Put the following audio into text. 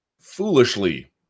foolishly